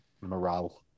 morale